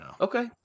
Okay